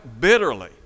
bitterly